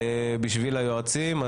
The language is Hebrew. בשביל היועצים.